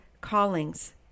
callings